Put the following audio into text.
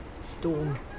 Storm